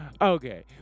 Okay